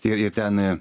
ir ir ten a